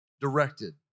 directed